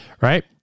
Right